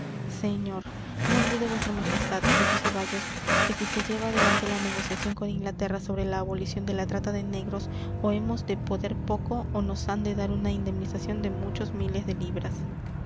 señor no olvide vuestra majestad dijo ceballos que si se lleva adelante la negociación con inglaterra sobre la abolición de la trata de negros o hemos de poder poco o nos han de dar una indemnización de muchos miles de libras